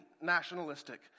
nationalistic